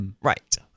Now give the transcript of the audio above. Right